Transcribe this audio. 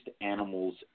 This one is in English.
animals